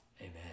Amen